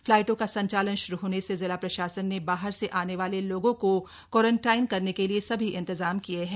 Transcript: फ्लाइटों का संचालन श्रू होने से जिला प्रशासन ने बाहर से आने वाले लोगों को क्वारंटाइन करने के लिये सभी इंतजाम किये हैं